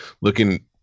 looking